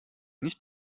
nicht